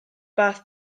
fath